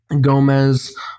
Gomez